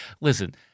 Listen